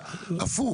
זה משהו הפוך.